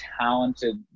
talented